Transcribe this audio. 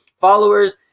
followers